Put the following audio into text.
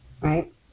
right